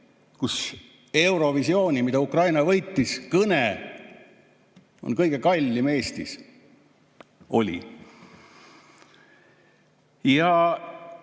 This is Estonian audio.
Eurovisiooni, mille Ukraina võitis, kõne on kõige kallim Eestis. Oli. Kuhu